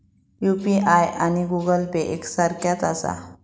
UPI आणि Google Pay एक सारख्याच आसा?